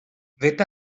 vet